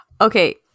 Okay